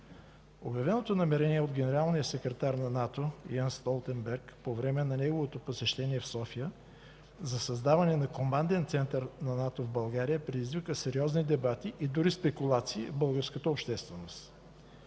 Обявеното намерение от генералния секретар на НАТО Йенс Столтенберг по време на посещението му в София, за създаване на команден център на НАТО в България, предизвика сериозни дебати и дори спекулации в българската общественост.